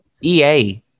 ea